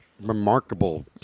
remarkable